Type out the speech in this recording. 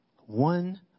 One